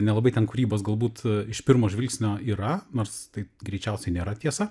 nelabai ten kūrybos galbūt iš pirmo žvilgsnio yra nors tai greičiausiai nėra tiesa